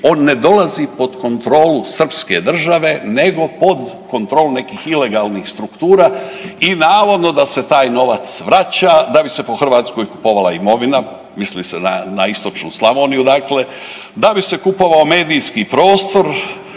on ne dolazi pod kontrolu srpske države nego pod kontrolu nekih ilegalnih struktura i navodno da se taj novac vraća da bi se po Hrvatskoj kupovala imovina, misli se na istočnu Slavoniju, dakle, da bi se kupovao medijski prostor,